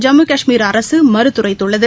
ஜம்மு காஷ்மீர் அரசு மறுத்துரைத்துள்ளது